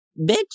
bitch